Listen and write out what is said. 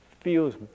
feels